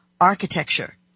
architecture